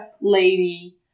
lady